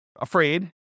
afraid